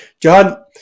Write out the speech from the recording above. John